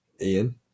Ian